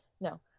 No